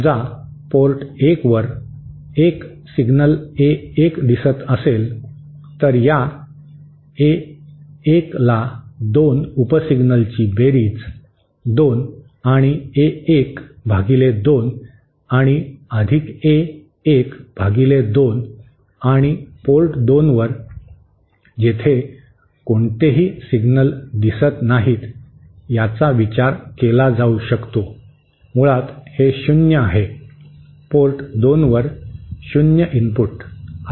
समजा पोर्ट 1 वर एक सिग्नल ए 1 दिसत असेल तर या ए 1 ला 2 उपसिग्नल्सची बेरीज 2 आणि ए 1 भागिले 2 आणि ए 1 भागिले 2 आणि पोर्ट 2 वर जेथे कोणतेही सिग्नल दिसत नाहीत याचा विचार केला जाऊ शकतो मुळात हे शून्य आहे पोर्ट 2 वर शून्य इनपुट